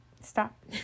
Stop